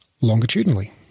longitudinally